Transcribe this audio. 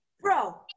Bro